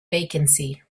vacancy